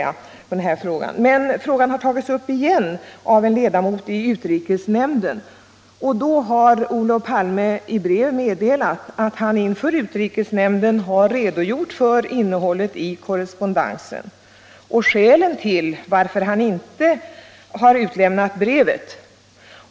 Frågan har sedan tagits upp igen av en ledamot i utrikesnämnden, och Olof Palme har då i brev meddelat att han inför utrikesnämnden redogjort för innehållet i korrespondensen och för skälen varför han inte har utlämnat brevet.